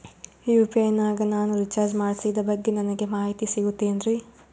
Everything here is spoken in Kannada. ಯು.ಪಿ.ಐ ನಾಗ ನಾನು ರಿಚಾರ್ಜ್ ಮಾಡಿಸಿದ ಬಗ್ಗೆ ನನಗೆ ಮಾಹಿತಿ ಸಿಗುತೇನ್ರೀ?